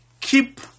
keep